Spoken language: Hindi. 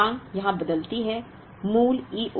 अब मांग यहाँ बदलती है